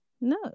no